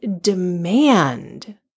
demand